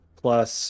plus